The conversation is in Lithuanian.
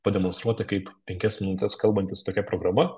pademonstruota kaip penkias minutes kalbant su tokia programa